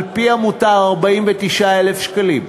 על-פי המותר, 49,000 שקלים,